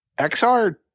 XR